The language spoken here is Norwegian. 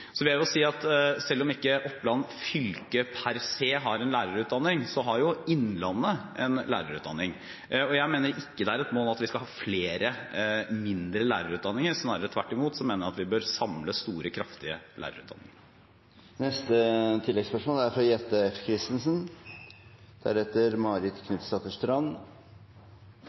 Så vil jeg jo si at selv om ikke Oppland fylke per se har en lærerutdanning, har jo Innlandet en lærerutdanning, og jeg mener ikke det er et mål at vi skal ha flere mindre lærerutdanninger. Snarere tvert imot mener jeg at vi bør samle store, kraftige lærerutdanninger.